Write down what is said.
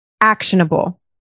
actionable